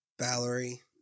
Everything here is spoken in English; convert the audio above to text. Valerie